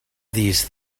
these